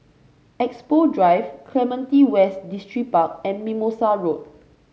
Expo Drive Clementi West Distripark and Mimosa Road